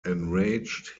enraged